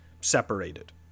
separated